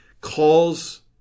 calls